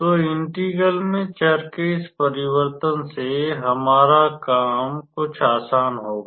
तो इंटीग्रल में चर के इस परिवर्तन से हमारा कम कुछ आसान होगा